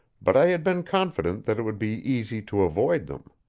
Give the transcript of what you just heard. but i had been confident that it would be easy to avoid them.